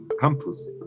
campus